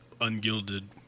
ungilded